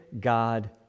God